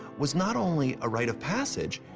was not only a rite of passage,